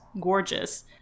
gorgeous